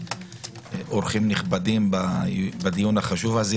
אורחים נכבדים בדיון החשוב הזה,